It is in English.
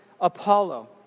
Apollo